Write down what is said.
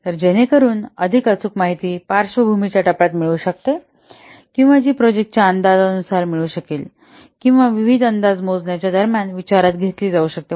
तर जेणेकरून अधिक अचूक माहिती पार्श्वभूमी च्या टप्प्यात मिळू शकेल किंवा जी प्रोजेक्टाच्या अंदाजानुसार मिळू शकेल किंवा विविध अंदाज मोजण्याच्या दरम्यान विचारात घेतली जाऊ शकते